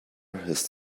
his